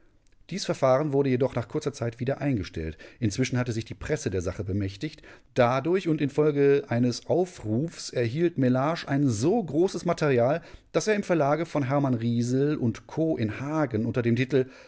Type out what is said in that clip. dies verfahren wurde jedoch nach kurzer zeit wieder eingestellt inzwischen hatte sich die presse der sache bemächtigt dadurch und infolge eines aufrufs erhielt mellage ein so großes material daß er im verlage von hermann risel co in hagen unter dem titel